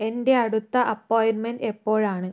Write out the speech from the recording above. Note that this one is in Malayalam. എന്റെ അടുത്ത അപ്പോയിൻറ്റ്മെൻറ്റ് എപ്പോഴാണ്